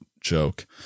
joke